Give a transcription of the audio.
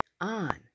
on